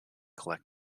collect